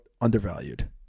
undervalued